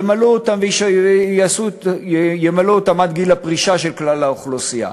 ימלאו אותם עד גיל הפרישה של כלל האוכלוסייה.